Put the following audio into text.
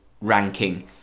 ranking